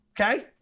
Okay